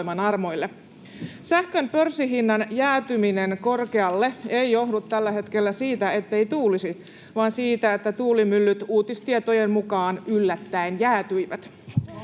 Sähkön pörssihinnan jäätyminen korkealle ei johdu tällä hetkellä siitä, ettei tuulisi, vaan siitä, että tuulimyllyt uutistietojen mukaan yllättäen jäätyivät.